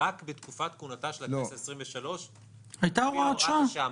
רק בתקופת כהונתה של הכנסת ה-23 הייתה הוראת שעה.